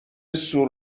سور